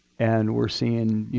and we're seeing, you